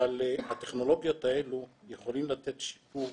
אבל הטכנולוגיות האלה יכולות לתת שיפור